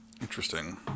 Interesting